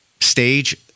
stage